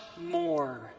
more